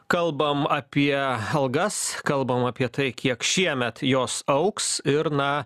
kalbam apie algas kalbam apie tai kiek šiemet jos augs ir na